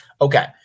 Okay